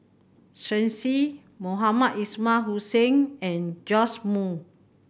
Shen Xi Mohamed Ismail Hussain and Joash Moo